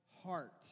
heart